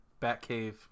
Batcave